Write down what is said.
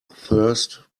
thirst